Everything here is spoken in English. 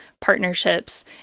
partnerships